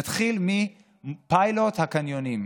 נתחיל מפיילוט הקניונים.